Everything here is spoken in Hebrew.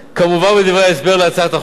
כמובהר בדברי ההסבר להצעת החוק,